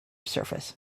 surface